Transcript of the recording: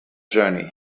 journey